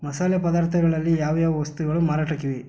ಮಸಾಲೆ ಪದಾರ್ಥಗಳಲ್ಲಿ ಯಾವ್ಯಾವ ವಸ್ತುಗಳು ಮಾರಾಟಕ್ಕಿವೆ